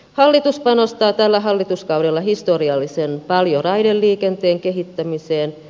hallitus panostaa tällä hallituskaudella historiallisen paljon raideliikenteen kehittämiseen